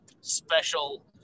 special